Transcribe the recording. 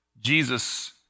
Jesus